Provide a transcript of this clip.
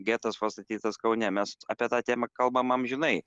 getas pastatytas kaune mes apie tą temą kalbam amžinai